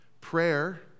Prayer